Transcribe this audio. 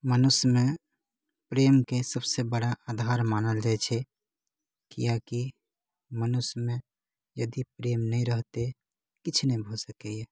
मनुष्यमे प्रेमके सबसे बड़ा आधार मानल जाइत छै कियाकि मनुष्यमे यदि प्रेम नहि रहतै किछु नहि भऽ सकैए